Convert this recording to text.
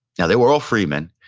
now, they were all free men.